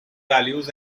values